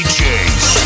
Chase